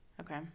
Okay